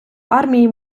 армії